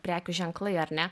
prekių ženklai ar ne